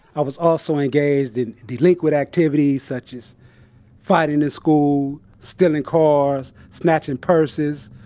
i was also engaged in delinquent activities, such as fighting in school, stealing cars, snatching purses.